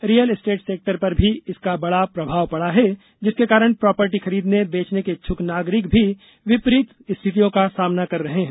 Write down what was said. real estate sector पर भी इसका बड़ा प्रभाव पड़ा जिसके कारण प्रापर्टी खरीदने बेचने के इच्छुक नागरिक भी विपरीत स्थितियों का सामना कर रहे हैं